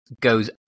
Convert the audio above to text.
goes